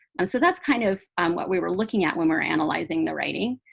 um so that's kind of what we were looking at when we're analyzing the writing.